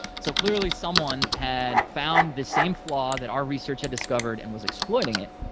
so clearly someone had found the same flaw that our research had discovered and was exploiting it.